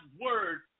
word